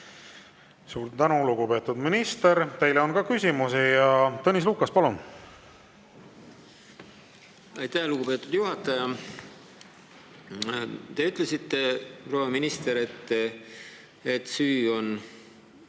Suur tänu, lugupeetud minister! Teile on ka küsimusi. Tõnis Lukas, palun! Aitäh, lugupeetud juhataja! Te ütlesite, proua minister, et süü on